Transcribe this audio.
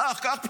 שלח, קח פטור,